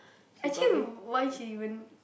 actually why she even